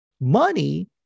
Money